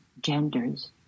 genders